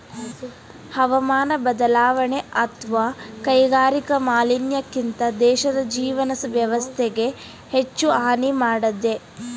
ಹವಾಮಾನ ಬದಲಾವಣೆ ಅತ್ವ ಕೈಗಾರಿಕಾ ಮಾಲಿನ್ಯಕ್ಕಿಂತ ದೇಶದ್ ಜೀವನ ವ್ಯವಸ್ಥೆಗೆ ಹೆಚ್ಚು ಹಾನಿ ಮಾಡಿದೆ